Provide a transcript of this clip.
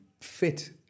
fit